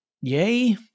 Yay